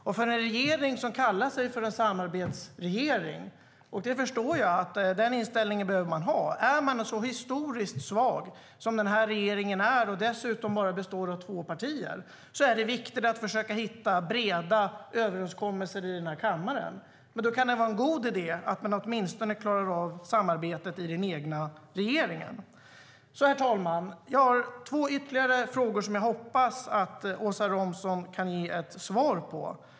Herr talman! Jag har två ytterligare frågor som jag hoppas att Åsa Romson kan ge svar på.